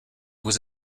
was